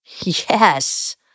Yes